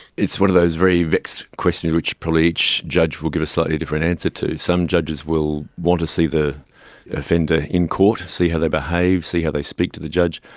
it's one of those very vexed questions which probably each judge will give a slightly different answer to. some judges will want to see the offender in court, see how they behave, see how they speak to the judge,